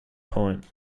point